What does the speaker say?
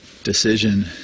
Decision